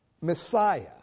Messiah